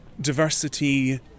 diversity